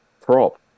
prop